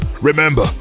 Remember